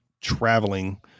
traveling